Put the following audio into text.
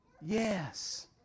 Yes